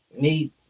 need